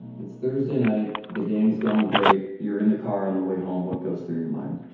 it's thursday night, the game's gone great, you're in the car on the way home, what goes through your mind?